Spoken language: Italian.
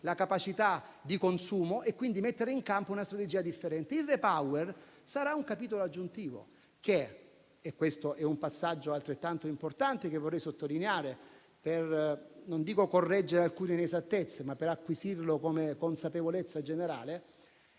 la capacità di consumo, mettendo in campo quindi una strategia differente. Il REPower sarà un capitolo aggiuntivo e questo è un passaggio altrettanto importante, che vorrei sottolineare, non dico per correggere alcune inesattezze, ma per acquisirlo come consapevolezza generale.